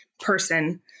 person